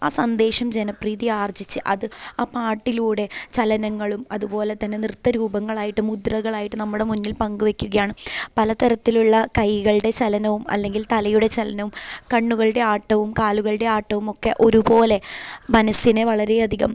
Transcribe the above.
ആ സന്ദേശം ജനപ്രീതി ആർജിച്ച് അത് അ പാട്ടിലൂടെ ചലനങ്ങളും അതുപോലെ തന്നെ നൃത്ത രൂപങ്ങളായിട്ട് മുദ്രകളായിട്ട് നമ്മുടെ മുന്നിൽ പങ്കുവയ്ക്കുകയാണ് പല തരത്തിലുള്ള കൈകളുടെ ചലനവും അല്ലെങ്കിൽ തലയുടെ ചലനവും കണ്ണുകളുടെ ആട്ടവും കാലുകളുടെ ആട്ടവും ഒക്കെ ഒരുപോലെ മനസ്സിന് വളരെയധികം